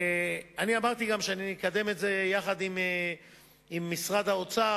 אני אמרתי גם שאני אקדם את זה יחד עם משרד האוצר,